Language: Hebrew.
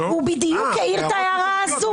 הוא העיר בדיוק את ההערה הזאת.